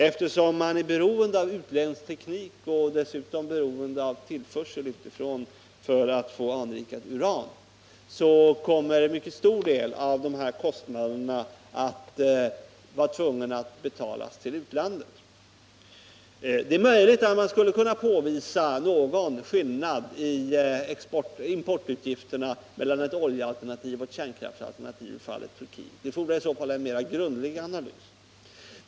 Eftersom Turkiet är beroende av utländsk teknik och av tillförsel utifrån av anrikat uran, kommer en mycket stor del av kostnaderna att betalas till utlandet. Det är möjligt att man kan påvisa skillnad i importutgifterna mellan ett oljealternativ och ett kärnkraftsalternativ i fallet Turkiet. Det fordrar i så fall en mer grundlig analys.